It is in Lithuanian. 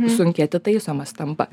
sunkiai atitaisomas tampa